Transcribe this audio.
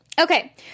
Okay